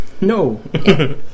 No